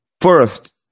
First